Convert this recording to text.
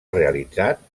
realitzat